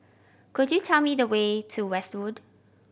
could you tell me the way to Westwood